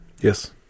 yes